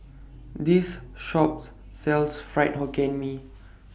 This Shop sells Fried Hokkien Mee